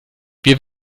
wir